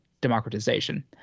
democratization